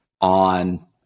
on